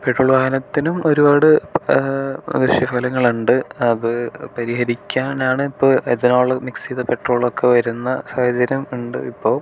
petrol വാഹനത്തിനും ഒരുപാട് ദൂഷ്യഫലങ്ങളുണ്ട് അത് പരിഹരിക്കാനാണ് ഇപ്പോൾ എഥനോൾ മിക്സ് ചെയ്ത പെട്രോളൊക്കെ വരുന്ന സാഹചര്യം ഉണ്ട് ഇപ്പോൾ